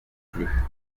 plus